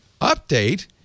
update